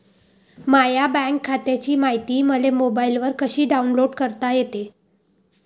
माह्या बँक खात्याची मायती मले मोबाईलवर कसी डाऊनलोड करता येते?